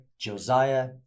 Josiah